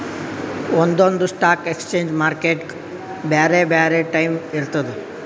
ಒಂದೊಂದ್ stock exchange ಮಾರ್ಕೆಟ್ಗ್ ಬ್ಯಾರೆ ಬ್ಯಾರೆ ಟೈಮ್ ಇರ್ತದ್